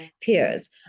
peers